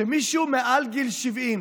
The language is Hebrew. מי שהוא מעל גיל 70,